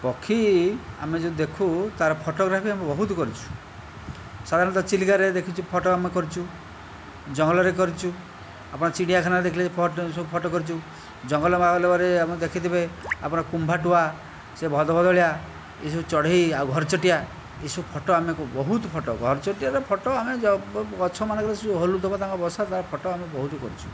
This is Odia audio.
ପକ୍ଷୀ ଆମେ ଯଦି ଦେଖୁ ତା'ର ଫଟୋଗ୍ରାଫି ଆମେ ବହୁତ କରିଛୁ ସାଧାରଣତଃ ଚିଲିକାରେ ଦେଖିଛୁ ଫଟୋ ଆମେ କରିଛୁ ଜଙ୍ଗଲରେ କରିଛୁ ଆପଣ ଚିଡ଼ିଆଖାନାରେ ଦେଖିଲେ ସବୁ ଫଟୋ କରିଛୁ ଜଙ୍ଗଲ ମାହୋଲରେ ଆପଣ ଦେଖିଥିବେ ଆମର କୁମ୍ଭାଟୁଆ ସେ ଭଦଭଦଳିଆ ଏସବୁ ଚଢ଼େଇ ଆଉ ଘରଚଟିଆ ଏସବୁ ଫଟୋ ଆମେ ବହୁତ ଫଟୋ ଘରଚଟିଆର ଫଟୋ ଆମେ ଗଛମାନଙ୍କରେ ସେ ଯେଉଁ ହଲୁଥିବ ତାଙ୍କ ବସା ତା'ର ଫଟୋ ଆମେ ବହୁତ କରିଛୁ